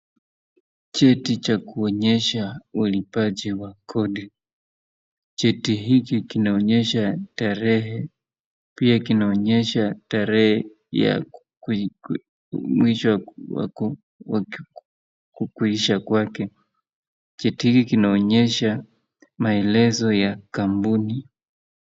Cheti cha kuonyesha walipaji wa kodi. Cheti hiki kinaonyesha tarehe, pia kinaonyesha tarehe ya mwisho wa ku ku kuisha kwake. Cheti hiki kinaonyesha maelezo ya kampuni.